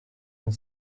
and